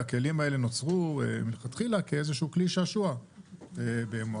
הכלים האלה נוצרו מלכתחילה ככלי שעשוע במועדונים,